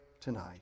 tonight